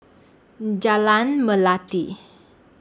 Jalan Melati